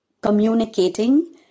communicating